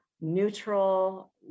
neutral